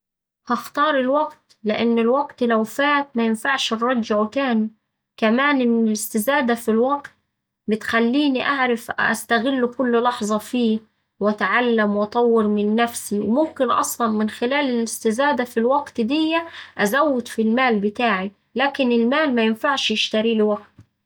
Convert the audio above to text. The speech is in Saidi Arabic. هختار الوقت لإن الوقت لو فات مينفعش نرجعه تاني. كمان إن الاستزادة في الوقت بتخليني أعرف أس أستغل كل لحظة فيه وأتعلم وأطور من نفسي. ممكن أصلا من خلال الاستزادة في الوقت دية أزود في المال بتاعي لكن المال مينفعش يشتريه الوقت.